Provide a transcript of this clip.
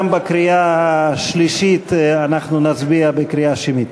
גם בקריאה שלישית אנחנו נצביע בהצבעה שמית.